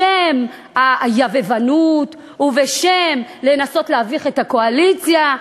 בשם היבבנות ובשם הרצון להביך את הקואליציה,